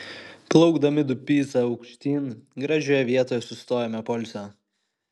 plaukdami dubysa aukštyn gražioje vietoje sustojome poilsio